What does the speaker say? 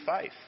faith